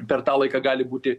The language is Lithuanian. per tą laiką gali būti